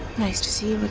nice to see you